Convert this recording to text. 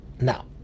now